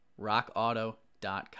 rockauto.com